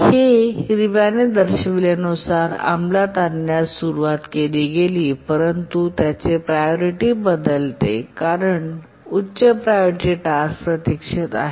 हे हिरव्याने दर्शविल्यानुसार अंमलात आणण्यास सुरवात केली परंतु नंतर त्याचे प्रायोरिटी बदलले कारण उच्च प्रायोरिटी टास्क प्रतीक्षेत आहे